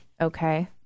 Okay